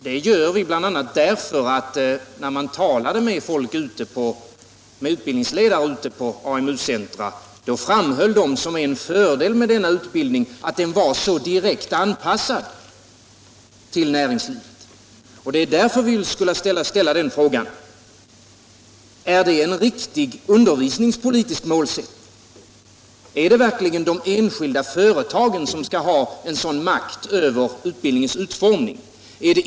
Det gör vi bl.a. därför att utbildningsledare på AMU centrer har framhållit som en fördel med denna utbildning att den är så direkt anpassad till näringslivet. Det är därför vi vill fråga: Är det verkligen en riktig undervisningspolitisk målsättning att de enskilda företagen får en sådan makt över utbildningens utformning?